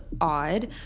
odd